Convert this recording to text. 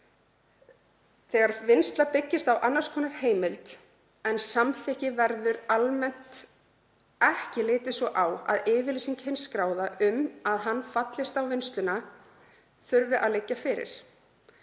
Þegar vinnsla byggist á annars konar heimild en samþykki verður almennt ekki litið svo á að yfirlýsing hins skráða um að hann fallist á vinnsluna þurfi að liggja fyrir.